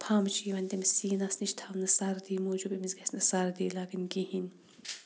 پھَمب چھ یِوان تٔمس سیٖنَس نِش تھاونہٕ سَردی موٗجُوب أمس گَژھِ نہٕ سَردی لَگٕنۍ کِہیٖنۍ